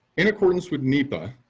in accordance with nepa,